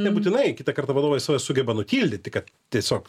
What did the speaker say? nebūtinai kitą kartą vadovai save sugeba nutildyti kad tiesiog